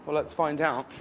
let's find out.